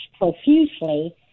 profusely